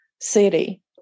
city